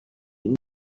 این